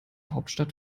hauptstadt